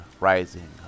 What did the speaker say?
rising